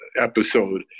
episode